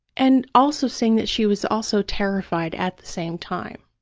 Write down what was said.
and also saying that she was also terrified at the same time.